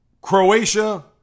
Croatia